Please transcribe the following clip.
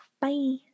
Bye